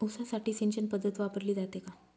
ऊसासाठी सिंचन पद्धत वापरली जाते का?